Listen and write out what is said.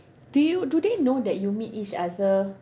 do you do they know that you meet each other